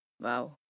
Wow